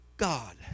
God